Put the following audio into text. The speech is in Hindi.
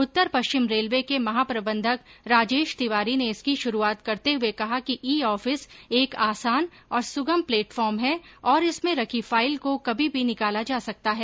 उत्तर पश्चिम रेलवे के महाप्रबंधक राजेश तिवारी ने इसकी शुरूआत करते हुए कहा कि ई ऑफिस एक आसान और सुगम फ्लेटफोर्म है और इसमें रखी फाइल को कभी भी निकाला जा सकता है